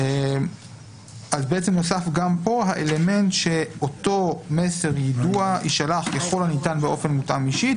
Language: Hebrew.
גם פה נוסף האלמנט שאותו מסר יידוע יישלח ככל הניתן באופן מותאם אישית,